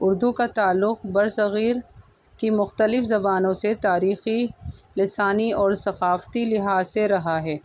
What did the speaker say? اردو کا تعلق برصغیر کی مختلف زبانوں سے تاریخی لسانی اور ثقافتی لحاظ سے رہا ہے